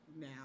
now